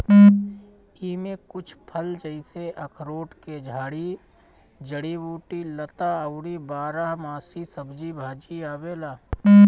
एमे कुछ फल जइसे अखरोट के झाड़ी, जड़ी बूटी, लता अउरी बारहमासी सब्जी भाजी आवेला